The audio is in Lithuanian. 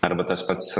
arba tas pats